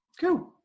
Cool